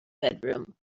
bedroom